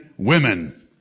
Women